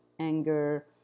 anger